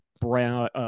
brown